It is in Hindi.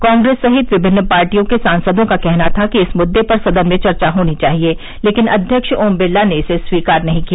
कांग्रेस सहित विभिन्न पार्टियों के सांसदों का कहना था कि इस मुद्दे पर सदन में चर्चा होनी चाहिए लेकिन अध्यक्ष ओम बिरला ने इसे स्वीकार नहीं किया